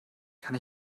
kann